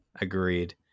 Agreed